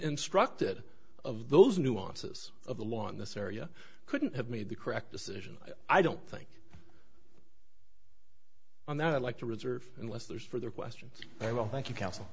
instructed of those nuances of the law in this area couldn't have made the correct decision i don't think on that i'd like to reserve unless there is for their question i will thank you counsel